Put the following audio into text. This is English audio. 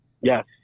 Yes